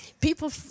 People